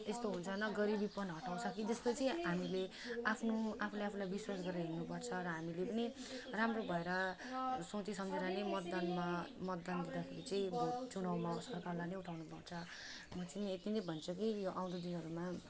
यस्तो हुन्छ नगरी विपन हटाउँछ कि त्यस्तो चाहिँ हामीले आफ्नो आफूले आफूलाई विश्वास गरेर हिँड्नु पर्छ तर हामीले पनि राम्रो भएर सोची सम्झेर नै मतदानमा मतदान दिँदाखेरि चाहिँ भोट चुनाउमा सरकारलाई नै उठाउनु पाउँछ म चाहिँ नि यति नै भन्छु कि यो आउँदो दिनहरूमा